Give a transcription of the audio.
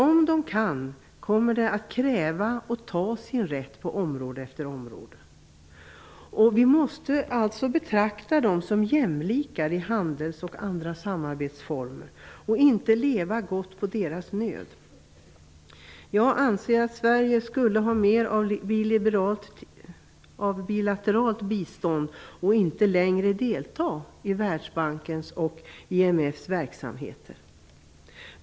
Om de kan, kommer de att kräva att ta sin rätt på område efter område. Vi måste alltså betrakta dem som jämlikar i handel och andra samarbetsformer och inte leva gott på deras nöd. Jag anser att Sverige skall ha mer av bilateralt bistånd och att vi inte längre skall delta i Världsbankens och IMF:s verksamheter.